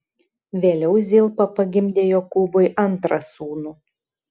vėliau zilpa pagimdė jokūbui antrą sūnų